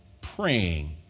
praying